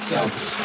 Selfish